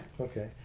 Okay